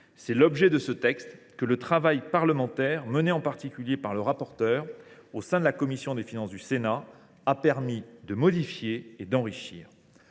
C’est l’objet de ce texte, que le travail parlementaire mené en particulier par le rapporteur au sein de la commission des finances du Sénat a permis de modifier et d’enrichir.